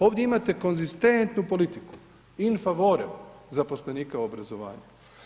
Ovdje imate konzistentnu politiku in favorem zaposlenika u obrazovanju.